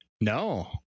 No